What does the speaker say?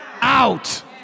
out